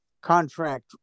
contract